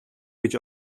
гэж